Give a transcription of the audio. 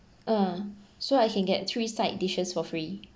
ah so I can get three side dishes for free